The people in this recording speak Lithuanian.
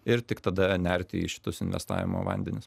ir tik tada nerti į šitus investavimo vandenis